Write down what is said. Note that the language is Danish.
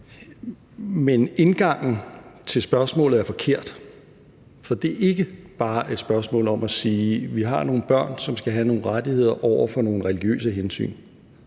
Men indgangen til spørgsmålet er forkert. For det er ikke bare et spørgsmål om at sige, at vi har nogle børn, som skal have nogle rettigheder, over for nogle religiøse hensyn.